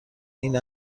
این